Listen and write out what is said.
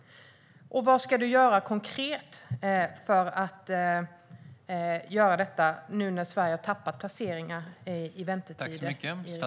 Och vad ska du göra konkret för att göra detta nu när Sverige har tappat placeringar när det gäller väntetider i Europa?